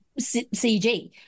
CG